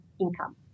income